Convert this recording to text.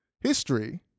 history